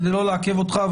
כדי לא לעכב אותך,